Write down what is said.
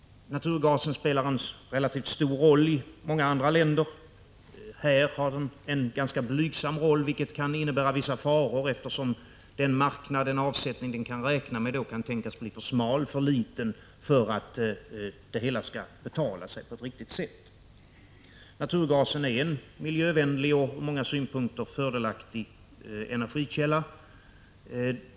Naturgasen spelar en relativt stor roll i många andra länder. Här har den en rätt blygsam roll, vilket kan innebära vissa faror, eftersom den avsättningsmarknad man kan räkna med kan tänkas bli för smal och för liten för att det hela skall betala sig på ett riktigt sätt. Naturgas är en miljömässigt och ur många andra synpunkter fördelaktig energikälla.